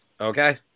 Okay